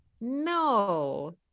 No